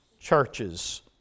churches